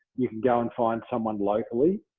you can go and find someone locally.